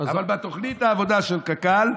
אבל בתוכנית העבודה של קק"ל,